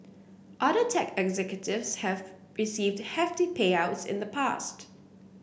other tech executives have received hefty payouts in the past